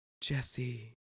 Jesse